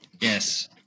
Yes